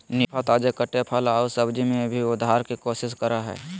निफा, ताजे कटे फल आऊ सब्जी में भी सुधार के कोशिश करा हइ